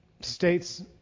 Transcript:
states